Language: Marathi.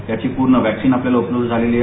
याची पूर्ण व्हॅक्सिन आपल्याला उपलब्ध झालेली आहे